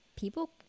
people